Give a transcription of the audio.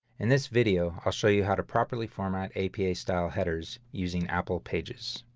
in this video, i'll show you how to properly format apa-style headers using apple pages.